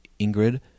Ingrid